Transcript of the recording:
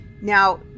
now